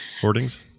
Hoardings